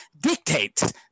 dictate